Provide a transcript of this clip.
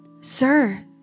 Sir